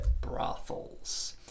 brothels